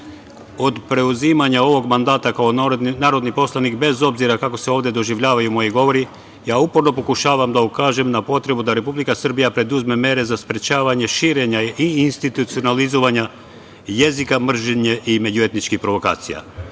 preuzimanja ovog mandata kao narodni poslanik, bez obzira kako se ovde doživljavaju moji govori ja uporno pokušavam da ukažem na potrebu da Republika Srbija preduzme mere za sprečavanje širenja i institucionalizovanja jezika mržnje i međuetničkih provokacija.